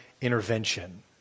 intervention